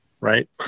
right